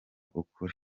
ukuri